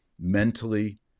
mentally